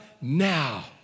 now